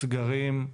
סגרים,